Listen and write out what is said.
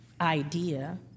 idea